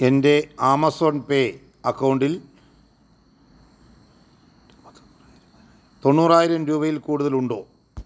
എൻ്റെ Amazon Pay അക്കൗണ്ടിൽ തൊണ്ണൂറായിരം രൂപയിൽ കൂടുതലുണ്ടോ